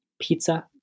Pizza